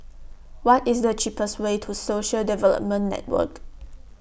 What IS The cheapest Way to Social Development Network